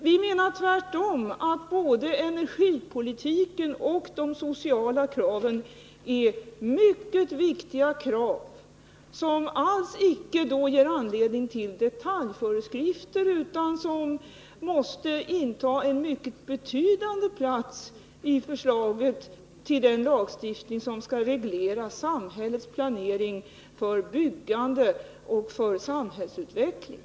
Vi anser tvärtom att både energipolitiken och de sociala kraven är mycket viktiga och inte alls ger anledning till detaljföreskrifter. De måste inta en mycket betydande plats i förslaget till den lagstiftning som skall reglera samhällets planering för byggande och samhällsutveckling.